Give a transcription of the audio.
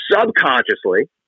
subconsciously